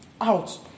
out